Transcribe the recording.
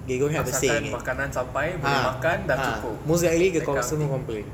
asal kan makanan sampai boleh makan dah cukup that kind of thing